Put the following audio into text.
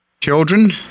Children